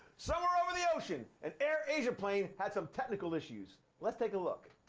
somewhere over the ocean, an air asia plane had some technical issues. let's take a look.